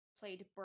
played